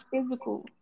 physical